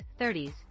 30s